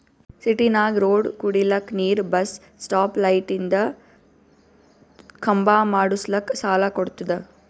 ಸಿಟಿನಾಗ್ ರೋಡ್ ಕುಡಿಲಕ್ ನೀರ್ ಬಸ್ ಸ್ಟಾಪ್ ಲೈಟಿಂದ ಖಂಬಾ ಮಾಡುಸ್ಲಕ್ ಸಾಲ ಕೊಡ್ತುದ